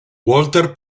walter